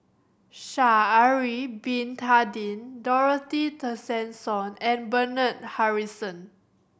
Sha'ari Bin Tadin Dorothy Tessensohn and Bernard Harrison